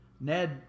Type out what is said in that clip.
Ned